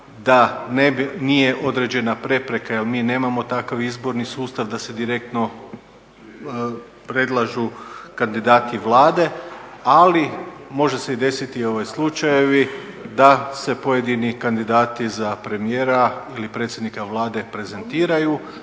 da nije određena prepreka jer mi nemamo takav izborni sustav da se direktno predlažu kandidati Vlade, ali može se i desiti slučajevi da se pojedini kandidati za premijera ili predsjednika Vlade prezentiraju,